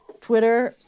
Twitter